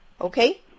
Okay